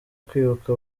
kwibuka